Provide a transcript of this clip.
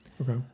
okay